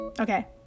Okay